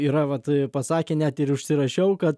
yra vat pasakę net ir užsirašiau kad